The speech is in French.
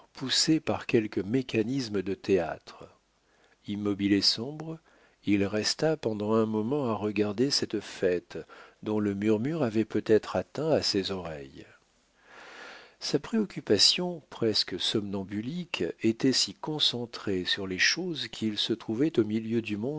poussé par quelque mécanisme de théâtre immobile et sombre il resta pendant un moment à regarder cette fête dont le murmure avait peut-être atteint à ses oreilles sa préoccupation presque somnambulique était si concentrée sur les choses qu'il se trouvait au milieu du